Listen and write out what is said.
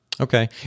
Okay